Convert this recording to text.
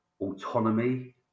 autonomy